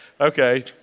Okay